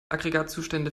aggregatzustände